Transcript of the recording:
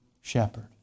shepherd